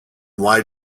why